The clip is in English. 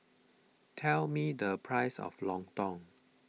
tell me the price of Lontong